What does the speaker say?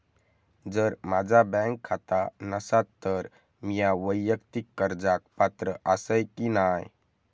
जर माझा बँक खाता नसात तर मीया वैयक्तिक कर्जाक पात्र आसय की नाय?